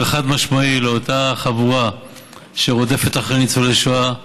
חד-משמעי לאותה חבורה שרודפת אחרי ניצולי שואה,